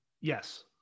yes